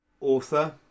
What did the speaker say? author